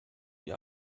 wie